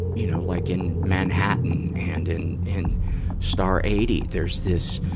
you know. like in manhattan' and in, in star eighty, there's this,